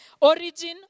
origin